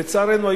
לצערנו,